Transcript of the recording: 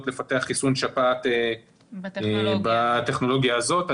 לפתח חיסון לשפעת בטכנולוגיה הזאת.